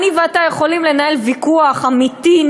אני ואתה יכולים לנהל ויכוח אמיתי,